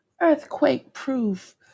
earthquake-proof